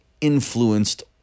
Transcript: influenced